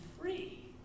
free